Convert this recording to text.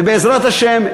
ובעזרת השם,